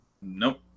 nope